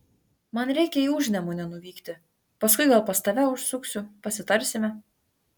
man reikia į užnemunę nuvykti paskui gal pas tave užsuksiu pasitarsime